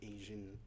Asian